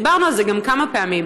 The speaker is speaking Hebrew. דיברנו על זה גם כמה פעמים.